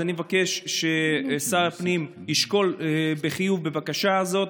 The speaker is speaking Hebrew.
אני מבקש ששר הפנים ישקול בחיוב את הבקשה הזאת,